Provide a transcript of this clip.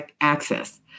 access